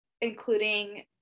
including